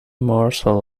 morsel